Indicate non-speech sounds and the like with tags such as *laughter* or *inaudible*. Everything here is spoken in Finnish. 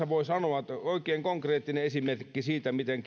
*unintelligible* voi sanoa että tässä on oikein konkreettinen esimerkki siitä miten *unintelligible*